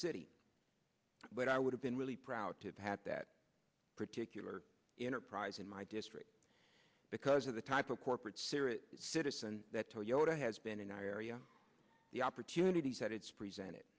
city but i would have been really proud to have had that particular enterprise in my district because of the type of corporate serious citizen that toyota has been in our area the opportunities that it's present